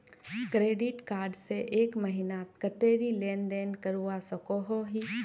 Credit card से एक महीनात कतेरी लेन देन करवा सकोहो ही?